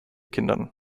kindern